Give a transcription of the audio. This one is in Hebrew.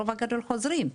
הרוב הגדול חוזרים.